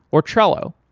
or trello.